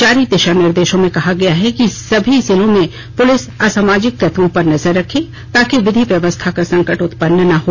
जारी निर्देश में कहा गया है कि सभी जिलों में पुलिस असामाजिक तत्वों पर नजर रखे ताकि विधि व्यवस्था का संकट उत्पन्न न हो